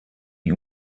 you